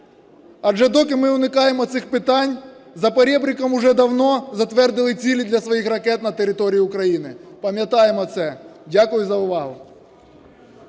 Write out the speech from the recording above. Адже доки ми уникаємо цих питань, за поребриком уже давно затвердили цілі для своїх ракет на території України, пам'ятаємо це. Дякую за увагу.